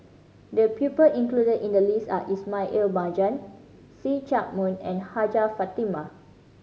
the people included in the list are Ismail Marjan See Chak Mun and Hajjah Fatimah